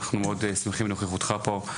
אנחנו מאוד שמחים בנוכחותך פה,